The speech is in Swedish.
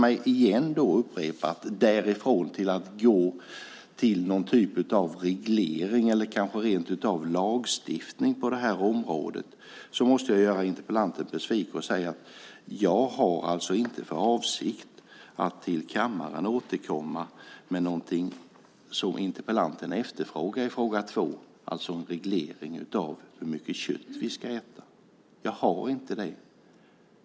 Men låt mig upprepa att om det handlar om någon typ av reglering eller kanske rent av lagstiftning på området måste jag göra interpellanten besviken. Jag har inte för avsikt att till kammaren återkomma med det som interpellanten efterfrågar i den andra frågan, alltså en reglering av hur mycket kött vi ska äta.